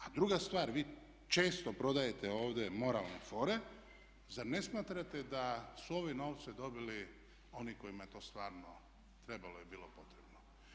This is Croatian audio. A druga stvar, vi često prodajete ovdje moralne fore, zar ne smatrate da su ove novce dobili oni kojima je to stvarno trebalo i bilo potrebno?